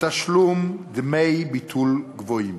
בתשלום דמי ביטול גבוהים.